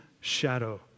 shadow